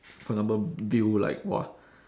for example view like !wah!